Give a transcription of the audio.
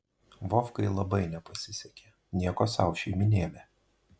vovkai labai nepasisekė nieko sau šeimynėlė